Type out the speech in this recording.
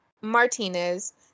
Martinez